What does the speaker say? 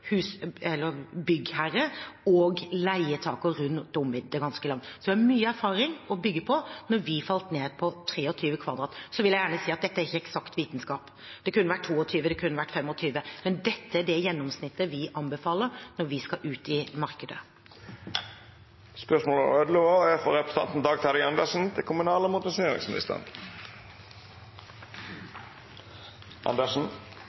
byggherre og leietaker rundt om i det ganske land. Vi har derfor mye erfaring å bygge på når vi falt ned på 23 m 2 . Så vil jeg gjerne si at dette ikke er eksakt vitenskap. Det kunne vært 22, det kunne vært 25. Men dette er det gjennomsnittet vi anbefaler når vi skal ut i markedet.